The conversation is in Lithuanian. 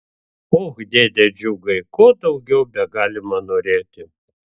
och dėde džiugai ko daugiau begalima norėti